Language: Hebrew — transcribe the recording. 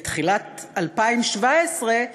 לתחילת 2017,